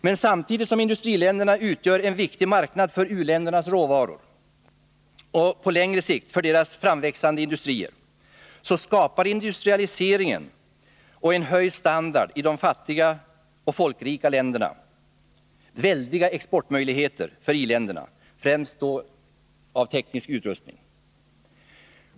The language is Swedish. Men samtidigt som industriländerna utgör en viktig marknad för u-ländernas råvaror och — på längre sikt — för deras framväxande industrier, så skapar industrialisering och höjd standard i de fattiga och folkrika länderna väldiga exportmöjligheter för i-länderna, främst av teknisk utrustning.